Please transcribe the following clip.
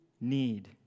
need